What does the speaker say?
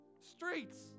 streets